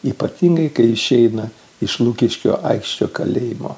ypatingai kai išeina iš lukiškių aikščio kalėjimo